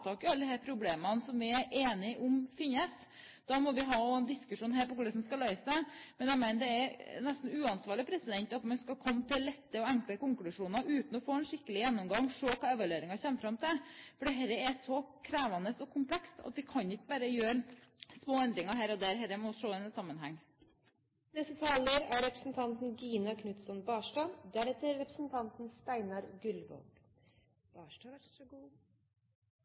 alle de problemene som vi er enige om finnes. Da må vi ha en diskusjon her om hvordan vi skal løse det. Men jeg mener det nesten er uansvarlig at vi skal trekke lette og enkle konklusjoner uten at vi har hatt en skikkelig gjennomgang for å se hva evalueringen kommer fram til. Dette er så krevende og komplekst at vi kan ikke bare gjøre små endringer her og der. Dette må ses i en sammenheng. Det er få i familie- og kulturkomiteen som er